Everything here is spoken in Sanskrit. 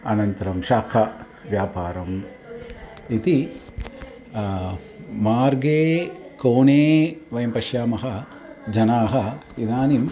अनन्तरं शाकाव्यापारम् इति मार्गे कोने वयं पश्यामः जनाः इदानिम्